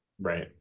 Right